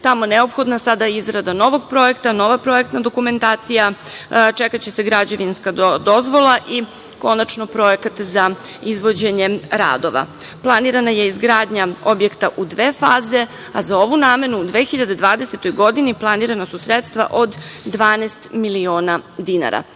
tamo neophodna sada izrada novog projekta, nova projektna dokumentacija, čekaće se građevinska dozvola i konačno projekat za izvođenje radova. Planirana je izgradnja objekta u dve faze, a za ovu namenu u 2020. godini planirana su sredstva od 12 miliona dinara.